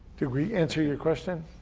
did we answer your question?